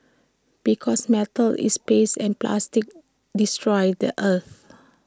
because metal is passe and plastic destroys the earth